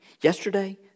yesterday